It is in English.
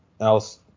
else